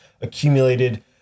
accumulated